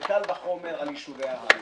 וקל וחומר על יישובי העימות,